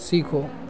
सीखो